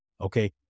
okay